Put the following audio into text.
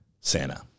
Santa